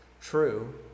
true